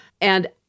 And-